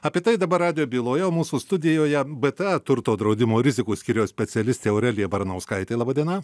apie tai dabar radijo byloje mūsų studijoje bta turto draudimo rizikų skyriaus specialistė aurelija baranauskaitė laba diena